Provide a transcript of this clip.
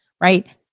Right